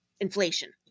inflation